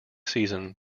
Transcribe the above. season